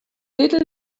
little